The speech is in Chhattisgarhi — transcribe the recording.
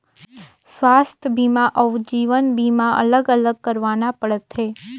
स्वास्थ बीमा अउ जीवन बीमा अलग अलग करवाना पड़थे?